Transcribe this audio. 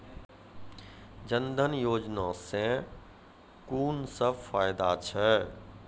जनधन योजना सॅ कून सब फायदा छै?